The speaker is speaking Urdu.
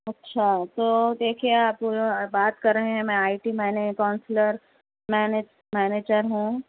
اچھا تو دیکھیے آپ بات کر رہے ہیں میں آئی ٹی میں نے کونسلر میں نے مینیجر ہوں